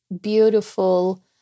beautiful